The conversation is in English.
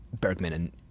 Bergman